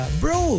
bro